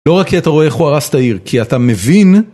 לא רק כי אתה רואה איך הוא הרס את העיר, כי אתה מבין...